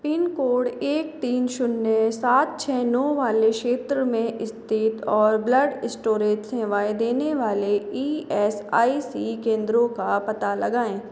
pin code एक तीन शून्य सात छह नौ वाले क्षेत्र में स्थित और ब्लड स्टोरेज़ सेवाएँ देने वाले ई एस आई सी केंद्रों का पता लगाएँ